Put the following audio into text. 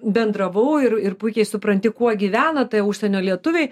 bendravau ir ir puikiai supranti kuo gyvena tie užsienio lietuviai